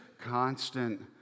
constant